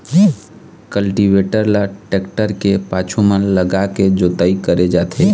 cultivator ल tractor के पाछू म लगाके जोतई करे जाथे